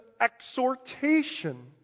exhortation